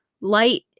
light